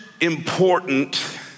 important